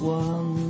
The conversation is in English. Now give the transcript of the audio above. one